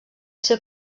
ser